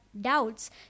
doubts